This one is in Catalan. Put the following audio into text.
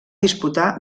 disputar